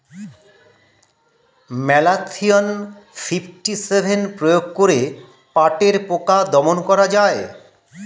Malathion fifty seven প্রয়োগ করে পাটের পোকা দমন করা যায়?